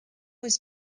was